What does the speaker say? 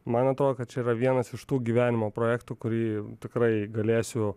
man atrodo kad čia yra vienas iš tų gyvenimo projektų kurį tikrai galėsiu